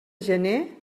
gener